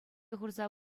хурса